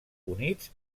units